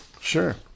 Sure